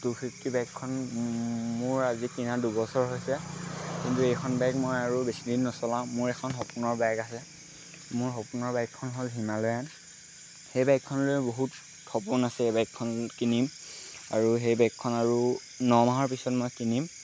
two fifty বাইকখন মোৰ আজি কিনা দুবছৰ হৈছে কিন্তু এইখন বাইক মই আৰু বেছিদিন নচলাওঁ মোৰ এখন সপোনৰ বাইক আছে মোৰ সপোনৰ বাইকখন হ'ল হিমালয়ান সেই বাইকখন লৈ বহুত সপোন আছে এই বাইকখন কিনিম আৰু সেই বাইকখন আৰু ন মাহৰ পিছত মই কিনিম